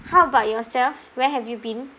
how about yourself where have you been